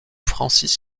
francis